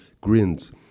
grins